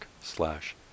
slash